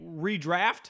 redraft